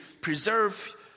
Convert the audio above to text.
preserve